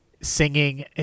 singing